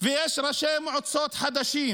ויש ראשי מועצות חדשים,